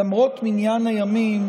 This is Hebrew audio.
למרות מניין הימים,